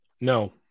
no